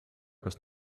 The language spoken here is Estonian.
kas